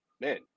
man